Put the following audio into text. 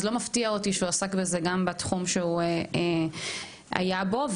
אז לא מפתיע אותי שהוא עסק בזה גם בתחום שהוא היה בו.